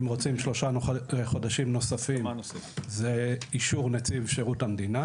אם רוצים שלושה חודשים נוספים זה אישור נציב שירות המדינה